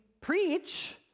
preach